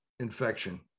Infection